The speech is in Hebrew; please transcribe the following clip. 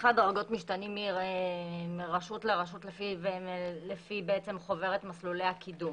מתחי הדרגות משתנים מרשות לרשות לפי חוברת מסלולי הקידום,